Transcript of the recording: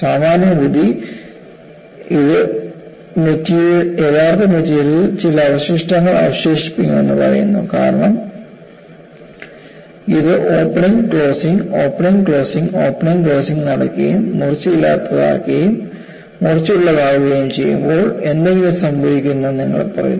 സാമാന്യബുദ്ധി ഇത് യഥാർത്ഥ മെറ്റീരിയലിൽ ചില അവശിഷ്ടങ്ങൾ അവശേഷിപ്പിക്കണമെന്ന് പറയുന്നു കാരണം ഇത് opening closing opening closing opening closing നടക്കുകയും മൂർച്ചയില്ലാത്തതാകുകയും മൂർച്ചയുള്ളതാവുകയും ചെയ്യുമ്പോൾ എന്തെങ്കിലും സംഭവിക്കുന്നുവെന്ന് നിങ്ങൾ പറയുന്നു